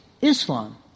Islam